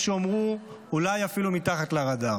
יש שיאמרו אולי אפילו מתחת לרדאר.